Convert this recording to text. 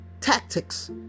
tactics